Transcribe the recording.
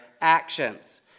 actions